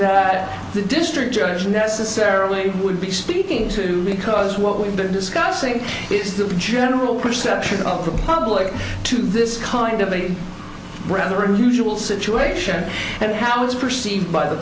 that the district judge necessarily would be speaking to because what we've been discussing is the general perception of the public to this kind of a rather unusual situation and how it's perceived by the